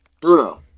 Bruno